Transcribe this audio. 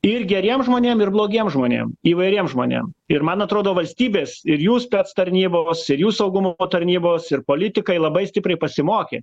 ir geriem žmonėm ir blogiem žmonėm įvairiem žmonėm ir man atrodo valstybės ir jų spec tarnybos ir jų saugumo tarnybos ir politikai labai stipriai pasimokė